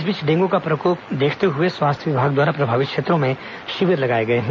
इस बीच डेंगू का प्रकोप को देखते हुए स्वास्थ्य विभाग द्वारा प्रभावित क्षेत्रों में शिविर लगाए गए हैं